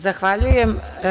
Zahvaljujem.